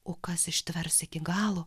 o kas ištvers iki galo